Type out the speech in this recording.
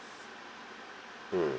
hmm